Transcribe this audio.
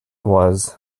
was